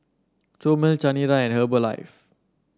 Chomel Chanira and Herbalife